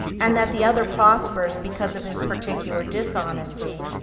and that the other prospers because of his particular dishonesty,